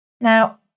Now